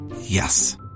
Yes